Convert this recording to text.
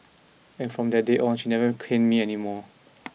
and from that day on she never caned me anymore